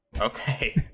Okay